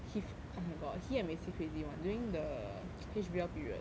he oh my god he and mei qi crazy [one] during the H_B_L period